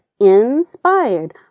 inspired